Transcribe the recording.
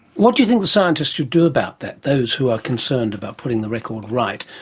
what do you think the scientists should do about that, those who are concerned about putting the record right?